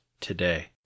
today